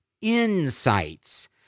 insights